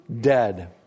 dead